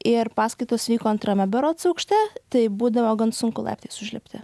ir paskaitos vyko antrame berods aukšte tai būdavo gan sunku laiptais užlipti